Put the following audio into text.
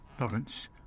Lawrence